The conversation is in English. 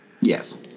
Yes